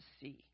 see